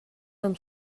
amb